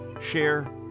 share